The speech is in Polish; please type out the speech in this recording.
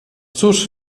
cóż